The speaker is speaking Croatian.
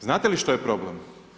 Znate li što je problem?